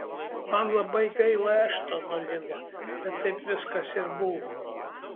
man labai gaila eštono lila bet taip viskas ir buvo